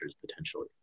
potentially